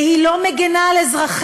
והיא לא מגינה על אזרחיה,